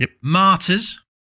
Martyrs